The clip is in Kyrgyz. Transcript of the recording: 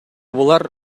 булар